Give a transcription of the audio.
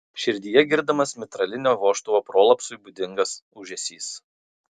širdyje girdimas mitralinio vožtuvo prolapsui būdingas ūžesys